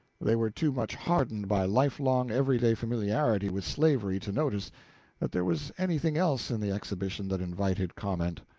they were too much hardened by lifelong everyday familiarity with slavery to notice that there was anything else in the exhibition that invited comment.